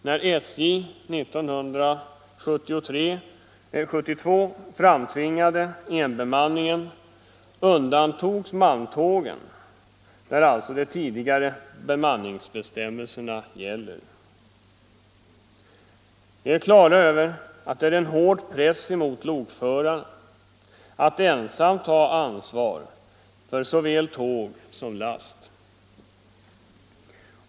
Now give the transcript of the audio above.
När SJ 1972 framtvingade enbemanning undantogs malmtågen, där alltså de tidigare bemanningsbestämmelserna gäller. Vi är klara över att det innebär en hård press på lokföraren att ensam ta ansvar för såväl tåg som last.